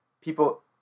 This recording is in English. people